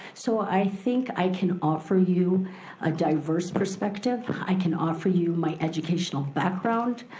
so i think i can offer you a diverse perspective. i can offer you my educational background.